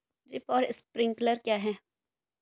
Drip और sprinkler क्या हैं?